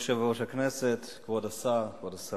כבוד יושב-ראש הכנסת, כבוד השרים,